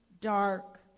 dark